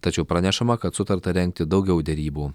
tačiau pranešama kad sutarta rengti daugiau derybų